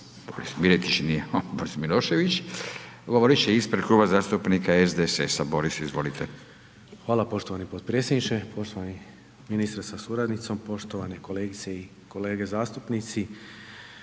nije, Milošević, govorit će ispred Kluba zastupnika SDSS-a, Boris izvolite. **Milošević, Boris (SDSS)** Hvala poštovani predsjedniče, poštovani ministre sa suradnicom, poštovane kolegice i kolege zastupnici.